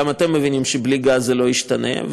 גם אתם מבינים שבלי גז זה לא ישתנה,